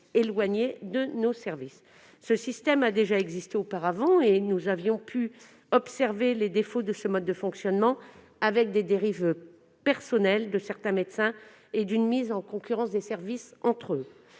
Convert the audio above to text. éloignés de nos services. Ce système existait auparavant, et nous avions pu observer les défauts d'un tel mode de fonctionnement, avec les dérives personnelles de certains médecins et une mise en concurrence des services entre eux.